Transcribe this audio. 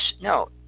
no